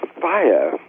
fire